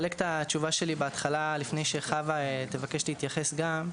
לפני שחוה תבקש גם להתייחס,